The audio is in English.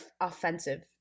offensive